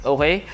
Okay